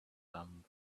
thumb